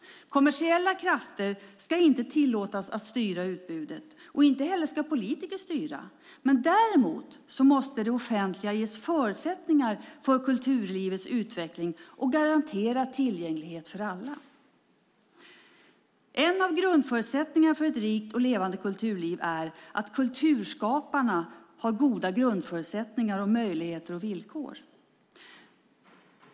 Kommersiella krafter ska inte tillåtas styra utbudet. Inte heller ska politiker styra, men däremot måste det offentliga ge förutsättningarna för kulturlivets utveckling och garantera tillgänglighet för alla. En av grundförutsättningarna för ett rikt och levande kulturliv är att kulturskaparna har goda grundförutsättningar, möjligheter och villkor.